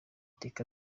reka